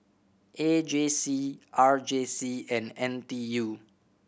A J C R J C and N T U